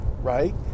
right